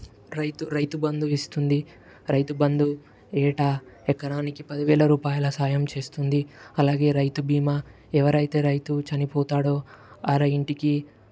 రైతు రైతు బంధు ఇస్తుంది రైతు బంధు ఏటా ఎకరానికి పదివేల రూపాయల సాయం చేస్తుంది అలాగే రైతు బీమా ఎవరైతే రైతు చనిపోతాడో వారి ఇంటికి